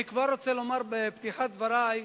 אני רוצה לומר כבר בפתיחת דברי,